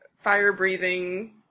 fire-breathing